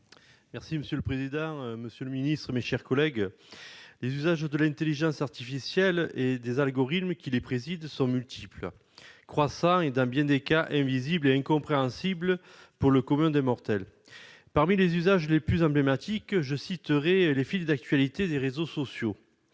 pays dans le monde. La parole est à M. Jean-Yves Roux. Les usages de l'intelligence artificielle et des algorithmes qui y président sont multiples, croissants et, dans bien des cas, invisibles et incompréhensibles pour le commun des mortels. Parmi les usages les plus emblématiques, je citerai les fils d'actualité des réseaux sociaux.